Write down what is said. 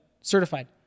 certified